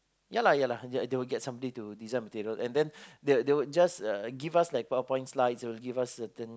ya lah ya lah they they will get somebody to design material and then they would they would just uh give us like PowerPoint slides they will give us certain